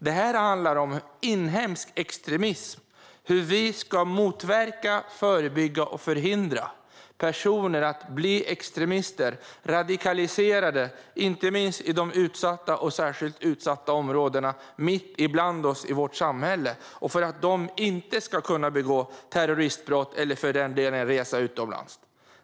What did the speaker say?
Detta handlar om inhemsk extremism och hur vi ska motverka, förebygga och förhindra att personer blir extremister och radikaliserade - inte minst i de utsatta och särskilt utsatta områdena mitt bland oss i vårt samhälle - för att de inte ska kunna begå terroristbrott eller för den delen resa utomlands.